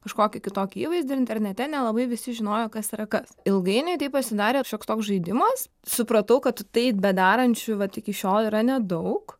kažkokį kitokį įvaizdį internete nelabai visi žinojo kas yra kas ilgainiui tai pasidarė šioks toks žaidimas supratau kad taip bedarančių vat iki šiol yra nedaug